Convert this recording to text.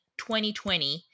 2020